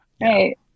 right